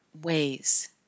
ways